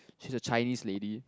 she's a Chinese lady